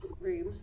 room